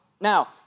Now